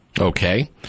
Okay